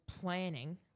planning